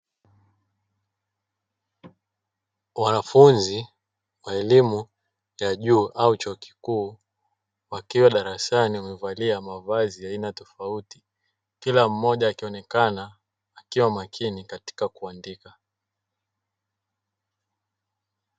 Wanafunzi wa elimu ya juu au chuo kikuu wakiwa darasani wamevalia mavazi ya aina tofauti, kila mmoja akionekana akiwa makini katika kuandika.